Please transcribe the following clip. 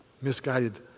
misguided